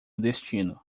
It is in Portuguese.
destino